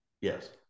Yes